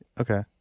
Okay